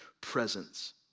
presence